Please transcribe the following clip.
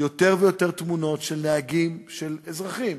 יותר ויותר תמונות של נהגים, אזרחים,